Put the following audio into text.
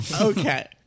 Okay